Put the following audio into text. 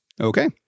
Okay